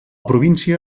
província